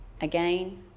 Again